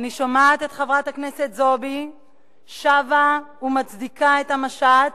אני שומעת את חברת הכנסת זועבי שבה ומצדיקה את המשט